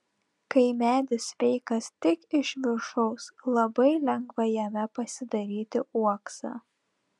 kai medis sveikas tik iš viršaus labai lengva jame pasidaryti uoksą